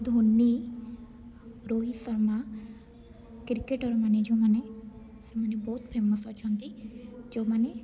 ଧୋନି ରୋହିତ୍ ଶର୍ମା କ୍ରିକେଟଟ୍ମାନେ ଯେଉଁମାନେ ସେମାନେ ବହୁତ ଫେମସ୍ ଅଛନ୍ତି ଯେଉଁମାନେ